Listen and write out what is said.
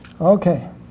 Okay